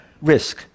risk